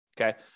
Okay